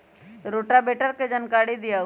Rotavator के जानकारी दिआउ?